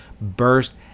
burst